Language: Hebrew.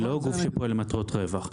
היא לא גוף שפועל למטרות רווח.